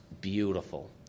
beautiful